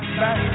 back